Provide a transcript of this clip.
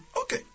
Okay